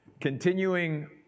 continuing